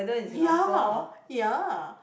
ya ya